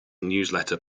newsletter